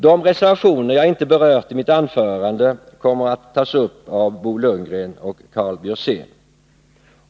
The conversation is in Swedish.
De reservationer jag inte berört i mitt anförande kommer att tas upp av Bo Lundgren och Karl Björzén.